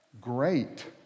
great